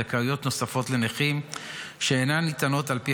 זכאויות נוספות לנכים שאינן ניתנות על פי